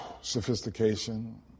Sophistication